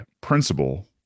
principle